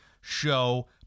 show